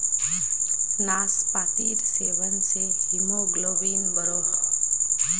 नास्पातिर सेवन से हीमोग्लोबिन बढ़ोह